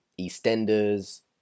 EastEnders